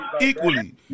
equally